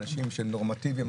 אנשים שהם נורמטיביים,